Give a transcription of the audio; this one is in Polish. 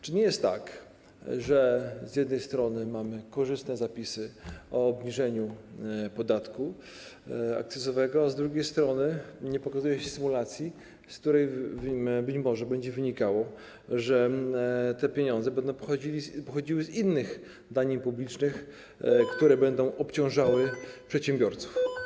Czy nie jest tak, że z jednej strony mamy korzystne zapisy o obniżeniu podatku akcyzowego, a z drugiej strony nie pokazuje się symulacji, z której być może będzie wynikało, że te pieniądze będą pochodziły z innych danin publicznych, które będą obciążały przedsiębiorców?